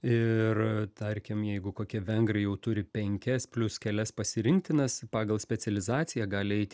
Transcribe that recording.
ir tarkim jeigu kokie vengrai jau turi penkias plius kelias pasirinktinas pagal specializaciją gali eit